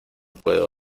puedo